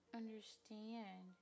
understand